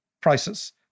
prices